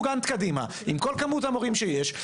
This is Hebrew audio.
שימו גאנט קדימה עם כל כמות המורים שיש,